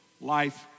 life